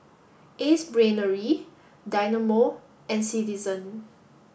Ace Brainery Dynamo and Citizen